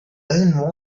doesn’t